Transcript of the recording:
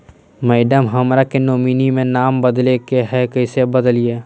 madam, हमरा के nominee में नाम बदले के हैं, कैसे बदलिए